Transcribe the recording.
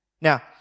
Now